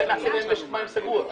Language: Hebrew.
אולי לעשות להם משק מים סגור.